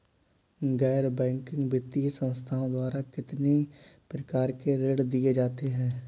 गैर बैंकिंग वित्तीय संस्थाओं द्वारा कितनी प्रकार के ऋण दिए जाते हैं?